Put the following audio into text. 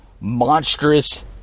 monstrous